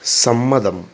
സമ്മതം